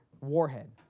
warhead